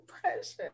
precious